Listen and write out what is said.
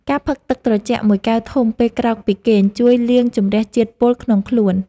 ការផឹកទឹកត្រជាក់មួយកែវធំពេលក្រោកពីគេង ជួយលាងជម្រះជាតិពុលក្នុងខ្លួន។